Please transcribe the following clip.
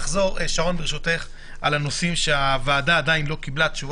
ולחלק מהשאלות לא ניתנו לנו תשובות,